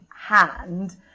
hand